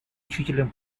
учителем